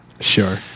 Sure